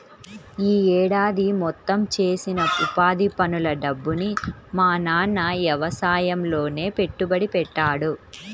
యీ ఏడాది మొత్తం చేసిన ఉపాధి పనుల డబ్బుని మా నాన్న యవసాయంలోనే పెట్టుబడి పెట్టాడు